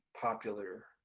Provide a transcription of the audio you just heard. popular